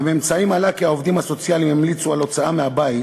מהממצאים עלה כי העובדים הסוציאליים המליצו על הוצאה מהבית